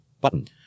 button